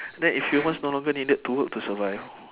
then if humans no longer needed to work to survive